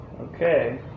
Okay